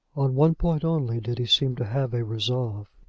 on one point only did he seem to have a resolve.